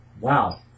wow